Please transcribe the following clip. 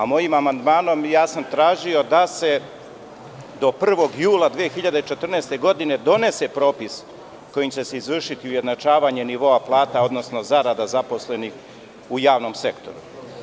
Mojim amandmanom sam tražio da se do 1. jula 2014. godine donese propis kojim će se izvršiti ujednačavanje nivoa plata, odnosno zarada zaposlenih u javnom sektoru.